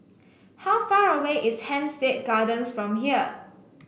how far away is Hampstead Gardens from here